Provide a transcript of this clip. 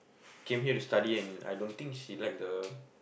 came here to study and I don't think she like the